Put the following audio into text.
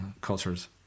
cultures